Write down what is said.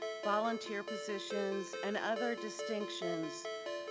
volunteer positions, and other distinctions,